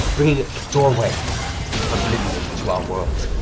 bringing a doorway of oblivion to our world.